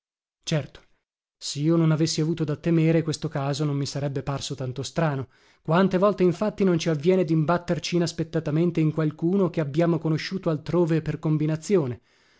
entrare certo sio non avessi avuto da temere questo caso non mi sarebbe parso tanto strano quante volte infatti non ci avviene dimbatterci inaspettatamente in qualcuno che abbiamo conosciuto altrove per combinazione